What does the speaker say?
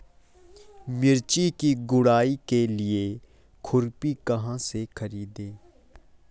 मिर्च की गुड़ाई के लिए खुरपी कहाँ से ख़रीदे?